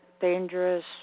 dangerous